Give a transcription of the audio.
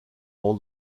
all